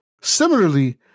Similarly